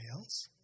else